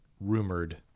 rumored